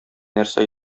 нәрсә